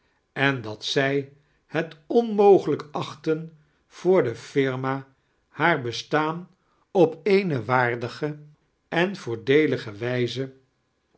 en dat zij het onmogelijk achtten voor de firma haar bestaan op eene waardige en voordee'lige wijze